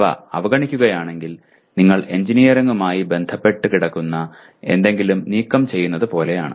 ഇവ അവഗണിക്കുകയാണെങ്കിൽ നിങ്ങൾ എഞ്ചിനീയറിംഗുമായി ബന്ധപ്പെട്ട് കിടക്കുന്ന എന്തെങ്കിലും നീക്കംചെയ്യുന്നതു പോലെയാണ്